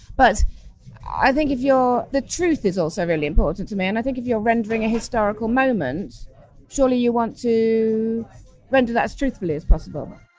but i think if you're, the truth is also really important to man i think if you are rendering a historical moment surely you want to render that as truthfully as possible